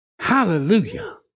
Hallelujah